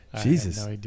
Jesus